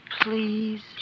please